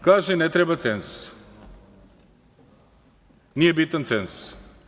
Kaže – ne treba cenzus, nije bitan cenzus.